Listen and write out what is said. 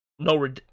no